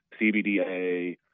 CBDA